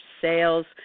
sales